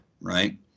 right